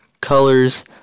colors